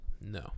No